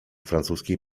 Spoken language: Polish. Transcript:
francuskiej